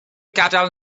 gadael